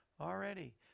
already